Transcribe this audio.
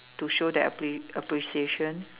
to show their appre~ appreciation